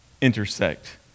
intersect